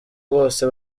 bose